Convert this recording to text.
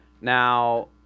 Now